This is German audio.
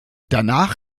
danach